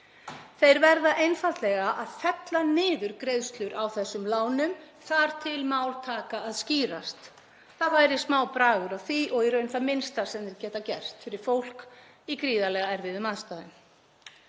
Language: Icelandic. Þeir verða einfaldlega að fella niður greiðslur á þessum lánum þar til mál taka að skýrast. Það væri smá bragur á því og í raun það minnsta sem þeir geta gert fyrir fólk í gríðarlega erfiðum aðstæðum.